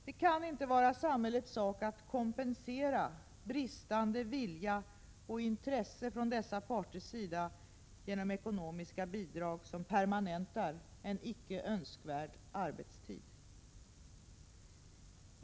Det kan inte vara samhällets sak att kompensera bristande vilja och intresse från dessa parters sida genom ekonomiska bidrag som permanentar en icke önskad arbetstid.